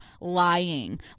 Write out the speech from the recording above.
lying